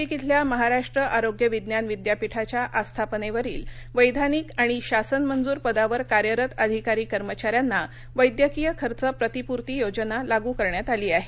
नाशिक इथल्या महाराष्ट्र आरोग्य विज्ञान विद्यापीठाच्या आस्थापनेवरील वैधानिक आणि शासन मंजूर पदावर कार्यरत अधिकारी कर्मचाऱ्यांना वैद्यकीय खर्च प्रतिपूर्ती योजना लागू करण्यात आली आहे